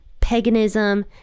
paganism